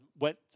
went